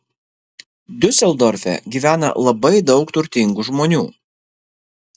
diuseldorfe gyvena labai daug turtingų žmonių